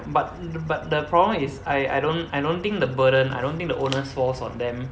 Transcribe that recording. but the but the problem is I I don't I don't think the burden I don't think the onus falls on them